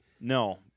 No